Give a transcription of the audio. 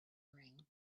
ring